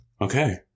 Okay